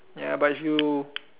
ya but if you